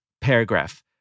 paragraph